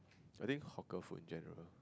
I think hawker food in general